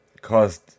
caused